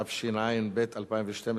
התשע"ב 2012,